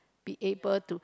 be able to